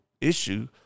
issue